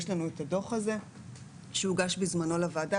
יש לנו הדוח הזה שהוגש בזמנו לוועדה,